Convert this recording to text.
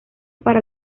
para